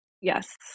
Yes